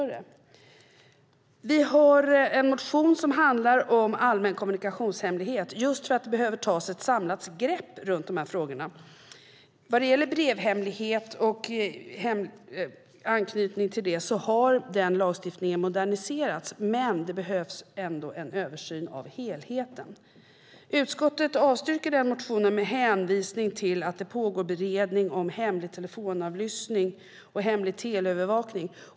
Vi har en motion som handlar om allmän kommunikationshemlighet just för att det behöver tas ett samlat grepp om dessa frågor. Lagstiftningen om brevhemlighet och det som anknyter till det har moderniserats. Men det behövs ändå en översyn av helheten. Utskottet avstyrker denna motion med hänvisning till att det pågår beredning om hemlig telefonavlyssning och hemlig teleövervakning.